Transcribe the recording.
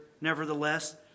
nevertheless